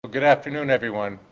well good afternoon everyone.